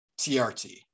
TRT